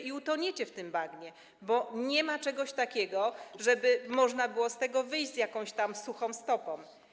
I utoniecie w tym bagnie, bo nie ma czegoś takiego, żeby można było z tego wyjść jakoś tam suchą stopą.